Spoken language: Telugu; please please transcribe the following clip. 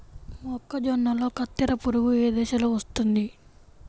మొక్కజొన్నలో కత్తెర పురుగు ఏ దశలో వస్తుంది?